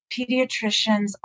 pediatricians